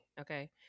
okay